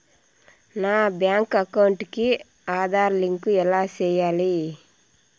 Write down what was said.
నా bank account కి Aadhaar link ఎలా సేయాలి